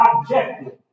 objective